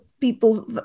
people